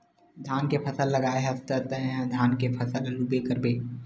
धान के फसल लगाए हस त तय ह धान के फसल ल लूबे करबे